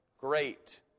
Great